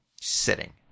Sitting